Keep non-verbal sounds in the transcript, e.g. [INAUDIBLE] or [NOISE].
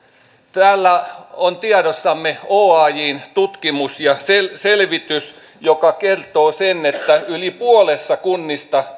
täällä on tiedossamme oajn tutkimus ja selvitys joka kertoo sen että yli puolessa kunnista [UNINTELLIGIBLE]